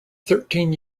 thirteen